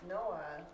Noah